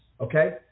okay